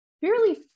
fairly